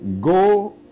Go